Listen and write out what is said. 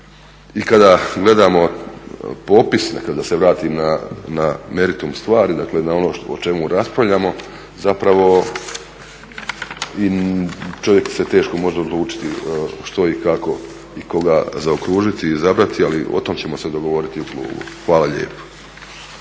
I kada gledamo popis, kada se vratim na meritum stvari dakle na ono o čemu raspravljamo, zapravo čovjek se teško može odlučiti što i kako i koga zaokružiti, izabrati ali o tom ćemo se dogovoriti u klubu. Hvala lijepo.